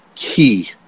Key